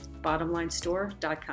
BottomLineStore.com